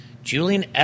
Julian